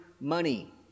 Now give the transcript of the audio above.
money